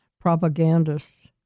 propagandists